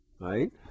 right